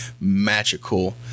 magical